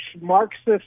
Marxist